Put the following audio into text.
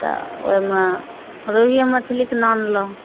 तऽ ओहिमे रेहुए मछलीके आनलहुँ